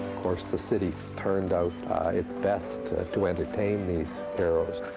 course the city turned out its best to entertain these heroes.